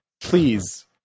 Please